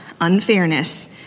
unfairness